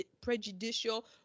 prejudicial